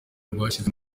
rwashyize